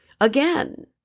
again